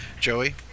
Joey